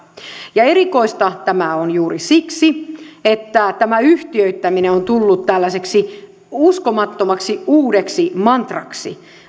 erikoista tämä on juuri siksi että tämä yhtiöittäminen on tullut tällaiseksi uskomattomaksi uudeksi mantraksi